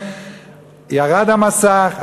ירד המסך,